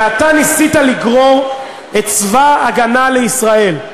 ואתה ניסית לגרור את צבא ההגנה לישראל,